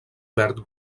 verd